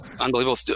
unbelievable